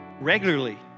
regularly